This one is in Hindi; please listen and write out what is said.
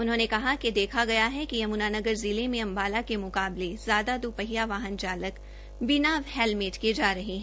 उन्होंने कहा कि देखा गया है कि यमुना नगर जिले में अंबाला के मुकाबले ज्यादा दुपहिया चालक बिना हैलमेट के जा रहे हैं